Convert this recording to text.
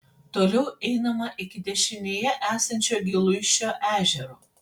toliau einama iki dešinėje esančio giluišio ežero